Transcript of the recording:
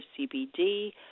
CBD